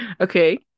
Okay